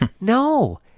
no